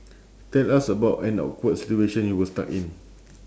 tell us about an awkward situation you were stuck in